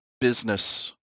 business